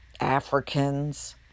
Africans